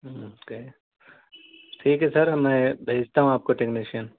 okay ٹھیک ہے sir میں بھیجتا ہوں آپ کو ٹیکنیشین